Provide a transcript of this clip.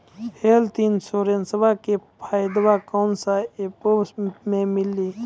Health इंश्योरेंसबा के फायदावा कौन से ऐपवा पे मिली?